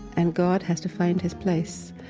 and god has to find his place.